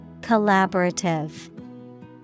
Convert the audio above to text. Collaborative